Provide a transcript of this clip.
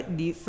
di